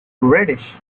reddish